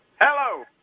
Hello